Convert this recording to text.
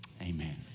Amen